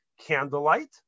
candlelight